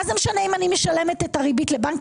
מה זה משנה אם אני משלמת את הריבית לבנק